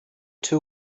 two